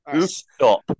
Stop